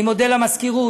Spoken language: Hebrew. אני מודה למזכירות,